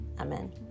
amen